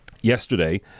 yesterday